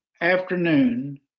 afternoon